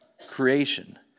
creation